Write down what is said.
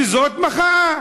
וזאת מחאה.